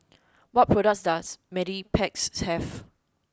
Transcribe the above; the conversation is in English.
what products does Mepilex have